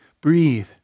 Breathe